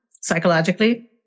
psychologically